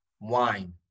Wine